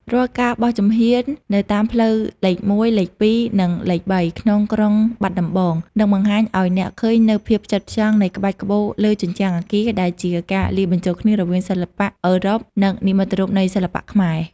រាល់ការបោះជំហាននៅតាមផ្លូវលេខ ១ លេខ ២ និងលេខ ៣ ក្នុងក្រុងបាត់ដំបង នឹងបង្ហាញឱ្យអ្នកឃើញនូវភាពផ្ចិតផ្ចង់នៃក្បាច់ក្បូរលើជញ្ជាំងអគារ ដែលជាការលាយបញ្ចូលគ្នារវាងសិល្បៈអឺរ៉ុប និងនិមិត្តរូបនៃសិល្បៈខ្មែរ។